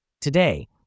Today